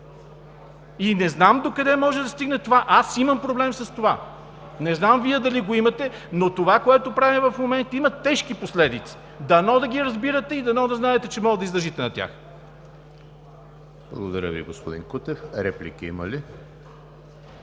Не знам докъде може да стигне това? Аз имам проблем с това. Не знам Вие дали го имате, но това, което правим в момента, има тежки последици. Дано да ги разбирате и дано да знаете, че може да издържите на тях. ПРЕДСЕДАТЕЛ ЕМИЛ ХРИСТОВ: Благодаря Ви, господин Кутев. Реплики има ли?